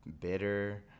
bitter